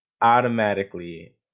automatically